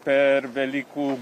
per velykų